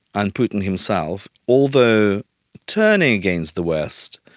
and putin himself, although turning against the west,